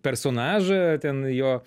personažą ten jo